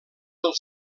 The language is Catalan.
del